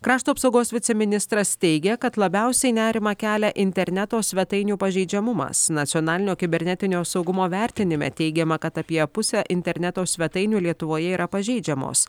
krašto apsaugos viceministras teigia kad labiausiai nerimą kelia interneto svetainių pažeidžiamumas nacionalinio kibernetinio saugumo vertinime teigiama kad apie pusę interneto svetainių lietuvoje yra pažeidžiamos